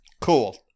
Cool